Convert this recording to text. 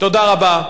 תודה רבה.